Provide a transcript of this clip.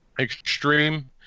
extreme